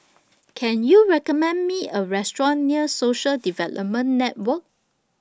Can YOU recommend Me A Restaurant near Social Development Network